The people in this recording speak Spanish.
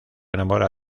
enamora